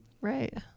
Right